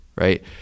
Right